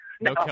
No